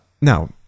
now